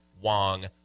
Wong